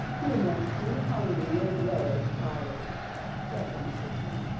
you must be hungry as well as tired said the magician,